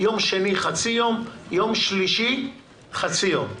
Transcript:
יום שני חצי יום ויום שלישי חצי יום.